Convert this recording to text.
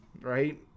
Right